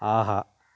ஆஹா